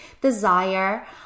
desire